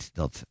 dat